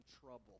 trouble